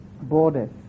Borders